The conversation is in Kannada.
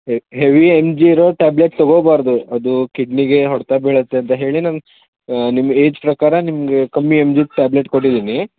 ಹೆವಿ ಎಂ ಜಿ ಇರೋದು ಟ್ಯಾಬ್ಲೆಟ್ ತೊಗೋಬಾರ್ದು ಅದು ಕಿಡ್ನಿಗೆ ಹೊಡೆತ ಬೀಳುತ್ತೆ ಅಂತ ಹೇಳಿ ನಾನು ನಿಮಗೆ ಏಜ್ ಪ್ರಕಾರ ನಿಮಗೆ ಕಮ್ಮಿ ಎಂ ಜಿ ಟ್ಯಾಬ್ಲೆಟ್ ಕೊಟ್ಟಿದ್ದೀನಿ